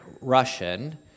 Russian